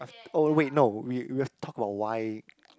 oh wait no we we've talk about why